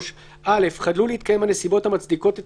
3. (א) חדלו להתקיים הנסיבות המצדיקות את